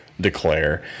declare